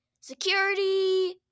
Security